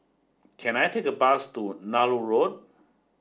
can I take a bus to Nallur Road